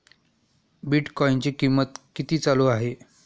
बिटकॉइनचे कीमत किती चालू आहे